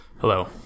Hello